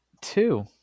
Two